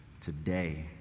today